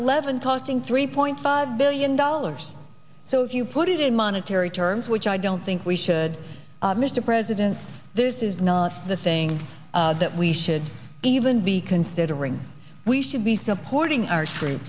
eleven talking three point five billion dollars so if you put it in monetary terms which i don't think we should mr president this is not the thing that we should even be considering we should be supporting our